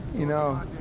you know,